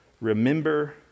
remember